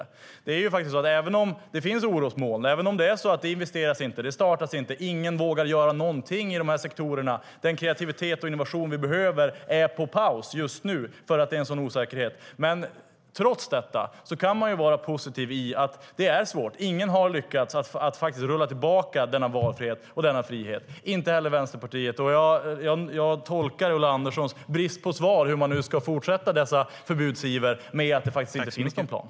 Det finns orosmoln, även om det inte investeras och även om ingen vågar göra någonting i dessa sektorer där den kreativitet och innovation som vi behöver är på paus just nu för att det råder en sådan osäkerhet. Jag tolkar Ulla Anderssons brist på svar på frågan hur man ska fortsätta denna förbudsiver som att det faktiskt inte finns något svar.